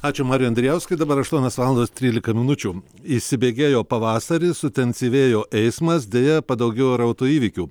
ačiū mariui andrijauskui dabar aštuonios valandos trylika minučių įsibėgėjo pavasaris suintensyvėjo eismas deja padaugėjo ir autoįvykių